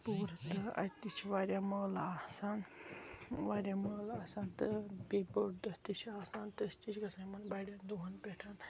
تہٕ اتہِ تہِ چھُ واریاہ مٲلہٕ آسان واریاہ مٲلہٕ آسان تہٕ بییہِ بوٚڈ دۄہ تہِ چھُ آسان تہٕ أسۍ تہِ چھِ گژھان یِمن بَڈٮ۪ن دُوٚہَن پٮ۪ٹھ